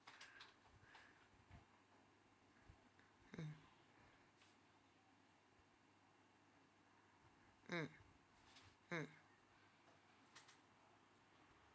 mm mm mm